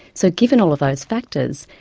so, given all those factors,